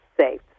safe